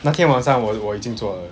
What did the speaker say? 那天晚上我我已经做